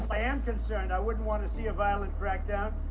i am concerned i wouldn't want to see a violent crackdown.